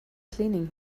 cleaning